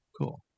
cool